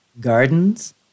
gardens